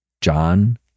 John